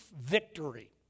victory